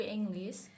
English